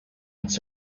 its